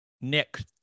Nick